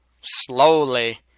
slowly